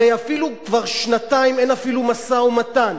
הרי כבר שנתיים אין אפילו משא-ומתן,